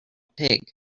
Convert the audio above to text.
pig